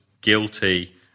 guilty